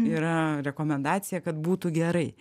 yra rekomendacija kad būtų gerai